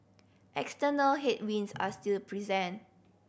external headwinds are still present